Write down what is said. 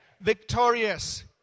victorious